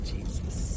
Jesus